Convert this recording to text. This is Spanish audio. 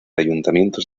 ayuntamientos